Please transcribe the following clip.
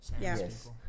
Yes